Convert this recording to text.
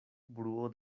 bruo